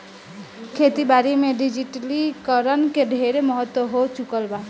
खेती बारी में डिजिटलीकरण के ढेरे महत्व हो चुकल बा